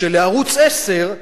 כשערוץ-10,